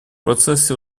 процессе